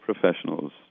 professionals